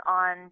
on